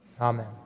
Amen